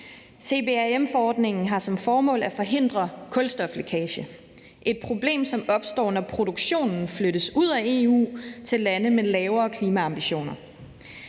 CBAM-forordningen har som formål at forhindre kulstoflækage – et problem, som opstår, når produktionen flyttes ud af EU til lande med lavere klimaambitioner.